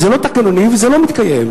זה לא תקנוני וזה לא מתקיים.